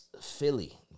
Philly